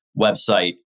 website